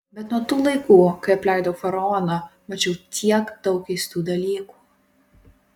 bet nuo tų laikų kai apleidau faraoną mačiau tiek daug keistų dalykų